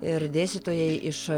ir dėstytojai iš